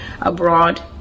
abroad